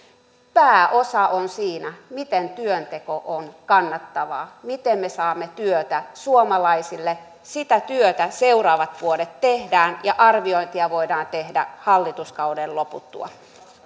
pääosa on siinä miten työnteko on kannattavaa miten me saamme työtä suomalaisille sitä työtä seuraavat vuodet tehdään ja arviointia voidaan tehdä hallituskauden loputtua